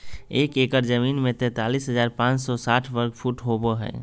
एक एकड़ जमीन में तैंतालीस हजार पांच सौ साठ वर्ग फुट होबो हइ